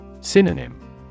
Synonym